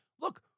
Look